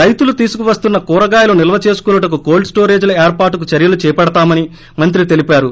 రైతులు తీసుకువస్తున్న కూరగాయలు నిల్వచేసుకొనుటకు కోల్డ్ స్టోరేజ్ ల ఏర్పాటుకు చర్యలు చేపడతామని మంత్రి తెలిపారు